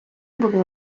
були